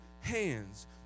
hands